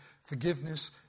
forgiveness